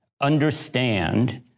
understand